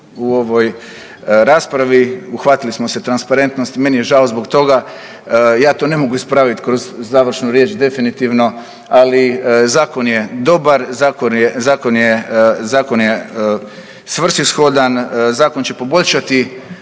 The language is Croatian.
u ovoj raspravi, uhvatili smo se transparentnosti. Meni je žao zbog toga. Ja to ne mogu ispraviti kroz završnu riječ definitivno, ali zakon je dobar, zakon je svrsishodan, zakon će poboljšati